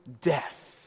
death